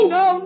no